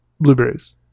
Blueberries